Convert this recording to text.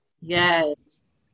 Yes